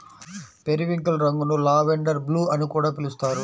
periwinkle రంగును lavender blue అని కూడా పిలుస్తారు